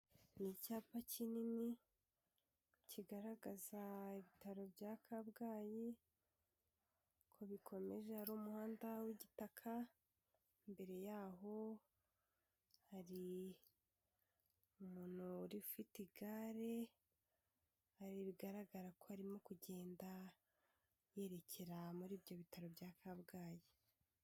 Ni icyapa kinini kigaragaza ibitaro bya Kabgayi ko bikomeje hari umuhanda w'igitaka, imbere yaho hari umuntu ufite igare ahari bigaragara ko arimo kugenda yerekera muri ibyo bitaro bya Kabgayi.